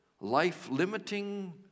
life-limiting